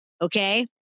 okay